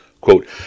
Quote